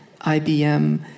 IBM